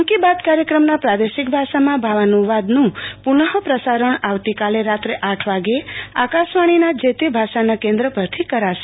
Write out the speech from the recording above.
મન કી બાત કાયક્રમના પ્રાદેશિક ભાષામાં ભાવાનુવાદનું પુનઃપ્રસારણ આવતીકાલે રાત્રે આઠ વાગે આકાશવાણીના જે તે ભાષાના કેન્દ્રો પરથી કરાશે